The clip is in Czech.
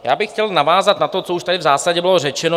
Já bych chtěl navázat na to, co už tady v zásadě bylo řečeno.